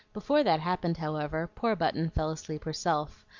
before that happened, however, poor button fell asleep herself,